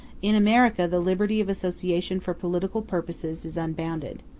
in america the liberty of association for political purposes is unbounded.